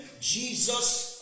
Jesus